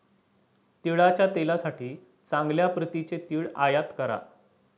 तिळाच्या तेलासाठी चांगल्या प्रतीचे तीळ आयात करा